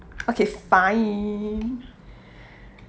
okay fine